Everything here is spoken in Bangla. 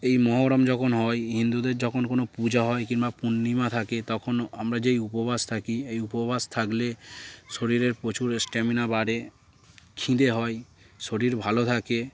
এই মহরম যখন হয় হিন্দুদের যখন কোনো পূজা হয় কিংবা পূর্ণিমা থাকে তখন আমরা যে এই উপবাস থাকি এই উপবাস থাকলে শরীরের প্রচুর স্ট্যামিনা বাড়ে খিদে হয় শরীর ভালো থাকে